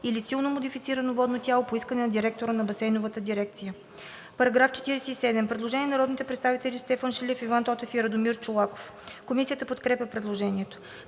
или силно модифицирано водно тяло, по искане на директора на басейнова дирекция;“.“ По § 47 има предложение на народните представители Стефан Шилев, Иван Тотев и Радомир Чолаков. Комисията подкрепя предложението.